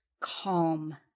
calm